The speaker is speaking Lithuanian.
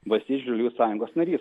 valstiečių ir žaliųjų sąjungos narys